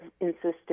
insisted